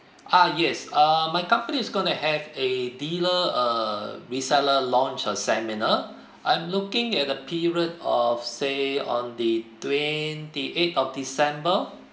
ah yes err my company is going to have a dealer err reseller launch a seminar I'm looking at the period of say on the twenty eighth of december